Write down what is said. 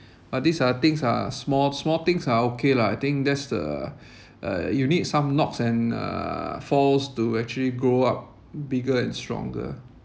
but these are things are small small things are okay lah I think that's the uh you need some knocks and uh falls to actually grow up bigger and stronger